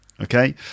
Okay